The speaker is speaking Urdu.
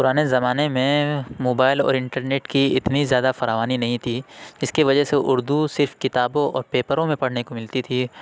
پُرانے زمانے میں موبائل اور انٹرنیٹ کی اتنی زیادہ فراوانی نہیں تھی جس کی وجہ سے اُردو صرف کتابوں اور پیپروں میں پڑھنے کو ملتی تھی